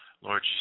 Lord